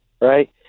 right